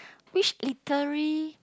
which literary